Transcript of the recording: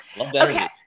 Okay